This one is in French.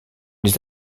les